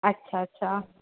अच्छा अच्छा